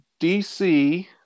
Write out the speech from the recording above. DC